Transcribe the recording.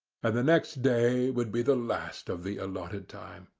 and the next day would be the last of the allotted time.